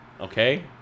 Okay